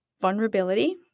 vulnerability